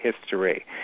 history